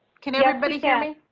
can everybody hear me.